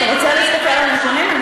אתה רוצה להסתכל על הנתונים?